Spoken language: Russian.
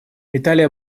италия